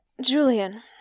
Julian